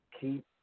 Keep